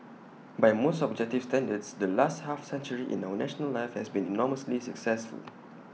by most objective standards the last half century in our national life has been enormously successful